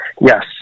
Yes